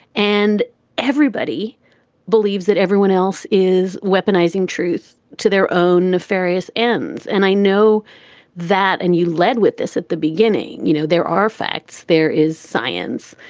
and everybody believes that everyone else is weaponizing truth to their own nefarious ends. and i know that and you led with this at the beginning. you know, there are facts. there is science.